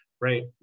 right